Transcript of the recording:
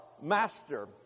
Master